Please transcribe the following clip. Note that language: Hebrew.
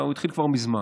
הוא התחיל כבר מזמן.